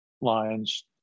lines